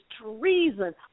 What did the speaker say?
treason